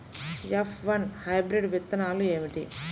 F one hybrid విత్తనాలు ఏమిటి?